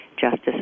justice